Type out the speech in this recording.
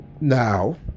Now